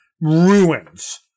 ruins